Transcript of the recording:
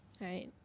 Right